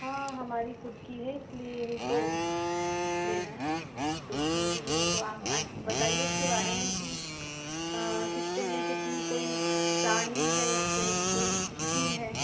हाँ हमारी ख़ुद की है इसलिए ही तो लेना है बेचने के लिए तो आप बताइए इसके बारे में कि कितने में कितनी कोई है उसपर कोई इस्कीम है